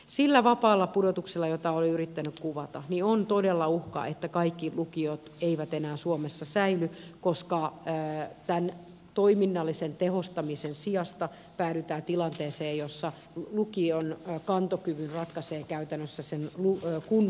sillä vapaalla pudotuksella jota olen yrittänyt kuvata on todella uhka että kaikki lukiot eivät enää suomessa säily koska tämän toiminnallisen tehostamisen sijasta päädytään tilanteeseen jossa lukion kantokyvyn ratkaisee käytännössä sen kunnan kantokyky